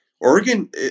Oregon